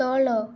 ତଳ